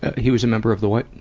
he was a member of the what?